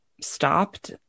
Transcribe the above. stopped